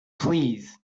please